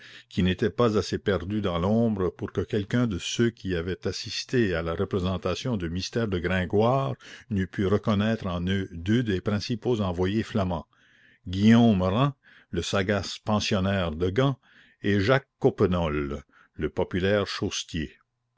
qui n'étaient pas assez perdus dans l'ombre pour que quelqu'un de ceux qui avaient assisté à la représentation du mystère de gringoire n'eût pu reconnaître en eux deux des principaux envoyés flamands guillaume rym le sagace pensionnaire de gand et jacques coppenole le populaire